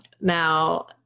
Now